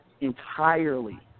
entirely